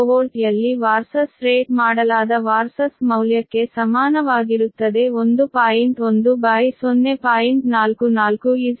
1 KV ಯಲ್ಲಿ Vs rate ಮಾಡಲಾದ Vs ಮೌಲ್ಯಕ್ಕೆ ಸಮಾನವಾಗಿರುತ್ತದೆ 1